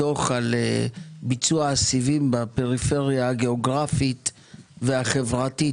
דוח על ביצוע הסיבים בפריפריה הגיאוגרפית והחברתית,